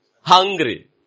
hungry